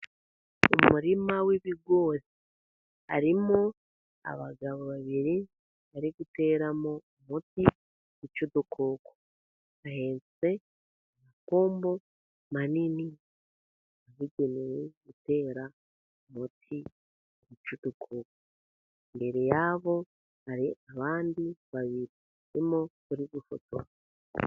Umurima w'ibigori, harimo abagabo babiri bari guteramo umuti wica udukoko. Bahetse amapombo manini, yabugenewe gutera umuti wica udukoko. Imbere yabo hari abandi babiri barimo gufotora.